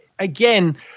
again